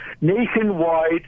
nationwide